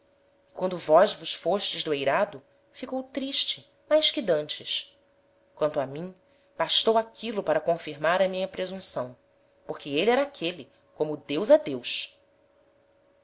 quando vós vos fostes do eirado ficou triste mais que d'antes quanto a mim bastou aquilo para confirmar a minha presunção porque êle era aquele como deus é deus